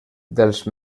dels